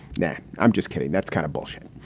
yeah i'm just kidding. that's kind of bullshit.